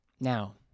Now